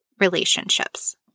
relationships